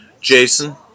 Jason